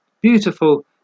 beautiful